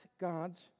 God's